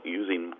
using